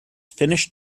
finished